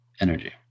energy